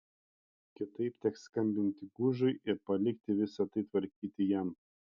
kitaip teks skambinti gužui ir palikti visa tai tvarkyti jam